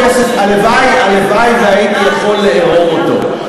הכסף, הלוואי שהייתי יכול לערום אותו.